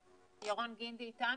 ירון גינדי איתנו?